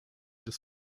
des